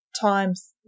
times